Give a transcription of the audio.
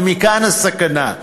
ומכאן הסכנה.